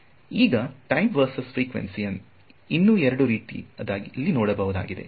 ಈಗ time versus frequency ಇನ್ನು ಎರಡು ರೀತಿಯಲ್ಲಿ ನೋಡಬಹುದಾಗಿದೆ